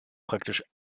praktisch